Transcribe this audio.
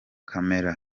camera